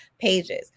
pages